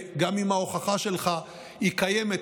וגם אם ההוכחה שלך היא קיימת,